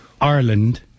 Ireland